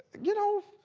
you know,